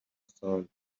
طول